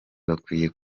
bakwiye